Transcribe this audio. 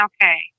Okay